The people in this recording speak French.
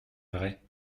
vraie